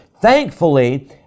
thankfully